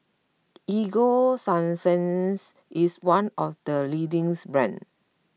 Ego Sunsense is one of the leading brands